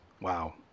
wow